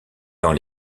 dans